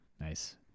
Nice